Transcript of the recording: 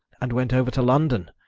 and went over to london.